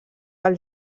pel